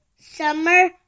Summer